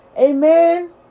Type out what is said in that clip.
Amen